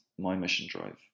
mymissiondrive